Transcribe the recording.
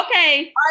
okay